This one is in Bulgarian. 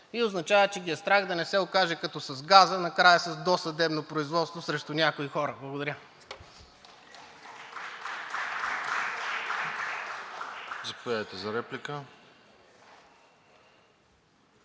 и означава, че ги е страх да не се окаже като с газа – накрая с досъдебно производство срещу някои хора. Благодаря.